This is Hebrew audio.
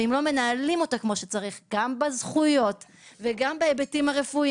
ואם לא מנהלים אותה כמו שצריך גם בזכויות וגם בהיבטים הרפואיים